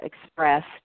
expressed